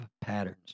patterns